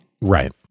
Right